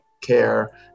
care